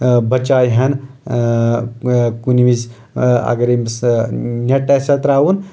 بچاے ہن کُنہ وِزِ اگر أمِس نٮ۪ٹ آسہِ ہا ترٛاوُن